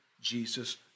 Jesus